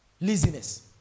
Laziness